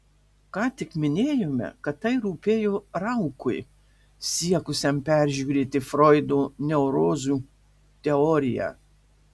ką tik minėjome kad tai rūpėjo raukui siekusiam peržiūrėti froido neurozių teoriją